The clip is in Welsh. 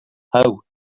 how